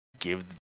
give